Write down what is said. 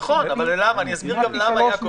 נכון, אבל אני אסביר גם למה.